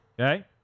Okay